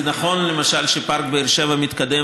זה נכון למשל שפארק באר שבע מתקדם,